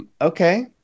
Okay